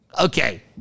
Okay